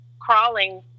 crawling